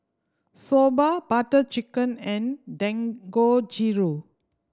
Soba Butter Chicken and Dangojiru